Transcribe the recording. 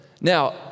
Now